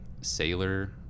sailor